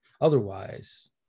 otherwise